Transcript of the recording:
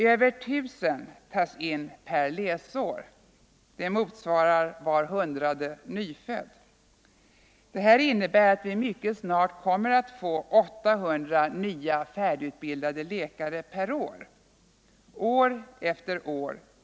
Över 1000 studenter tas in per läsår, det motsvarar var 100:e nyfödd. Det här innebär att vi mycket snart kommer att få 800 nya färdigutbildade läkare per år, år efter år.